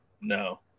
no